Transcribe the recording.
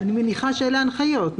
אני מניחה שאלה ההנחיות.